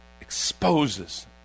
exposes